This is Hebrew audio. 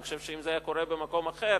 אני חושב שאם זה היה קורה במקום אחר,